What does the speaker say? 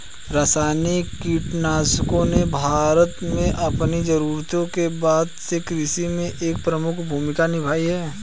रासायनिक कीटनाशकों ने भारत में अपनी शुरुआत के बाद से कृषि में एक प्रमुख भूमिका निभाई है